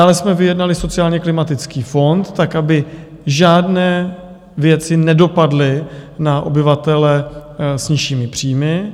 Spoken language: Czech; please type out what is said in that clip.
Dále jsme vyjednali sociálně klimatický fond tak, aby žádné věci nedopadly na obyvatele s nižšími příjmy.